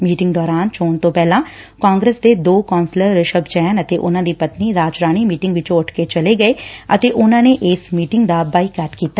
meeting ਦੌਰਾਨ ਚੋਣ ਤੋਂ ਪਹਿਲਾਂ ਕਾਗਰਸ ਦੇ ਦੋ ਕੌਂਸਲਰ ਰਿਸ਼ਭ ਜੈਨ ਅਤੇ ਉਨੂਾ ਦੀ ਪਤਨੀ ਰਾਜਰਾਣੀ ਮੀਟਿੰਗ ਵਿਚੋ ਉਠ ਕੇ ਚਲੇ ਗਏ ਡੇ ਉਨੂਾ ਨੇ ਇਸ ਮੀਟਿੰਗ ਦਾ ਬਾਈਕਾਟ ਕੀਤਾ